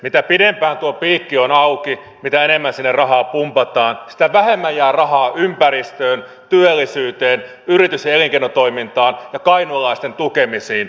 mitä pidempään tuo piikki on auki ja mitä enemmän sinne rahaa pumpataan sitä vähemmän jää rahaa ympäristöön työllisyyteen yritys ja elinkeinotoimintaan ja kainuulaisten tukemisiin